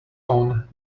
own